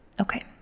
okay